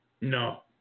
No